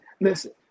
Listen